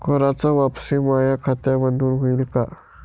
कराच वापसी माया खात्यामंधून होईन का?